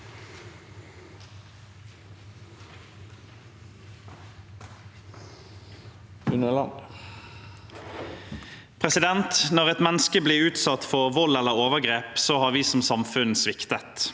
Når et menneske blir utsatt for vold eller overgrep, har vi som samfunn sviktet.